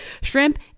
shrimp